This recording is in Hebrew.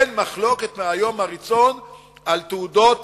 על תעודות